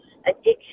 addiction